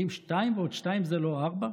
האם 2 ועוד 2 זה לא 4?